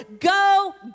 Go